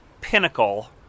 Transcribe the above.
pinnacle